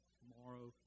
tomorrow